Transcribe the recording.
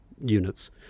units